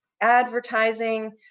advertising